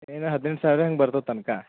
ತಿಂಗ್ಳ ಹದಿನೆಂಟು ಸಾವಿರ ಹಿಂಗೆ ಬರ್ತತು ತಮ್ಕ